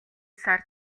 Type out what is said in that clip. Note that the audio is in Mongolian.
сар